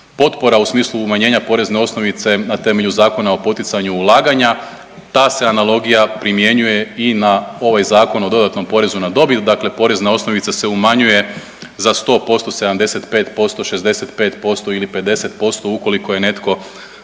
u smislu umanjenja porezne osnovice na temelju Zakona o poticanju ulaganja, ta se analogija primjenjuje i na ovaj Zakon o dodatnom porezu na dobit, dakle porezna osnovica se umanjuje za 100%, 75%, 65% ili 50% ukoliko je netko